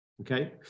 Okay